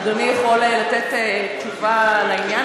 אדוני יכול לתת תשובה לעניין?